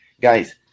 guys